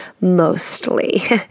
mostly